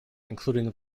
including